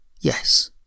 Yes